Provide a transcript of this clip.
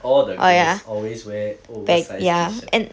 all the girls always wear oversized T-shirt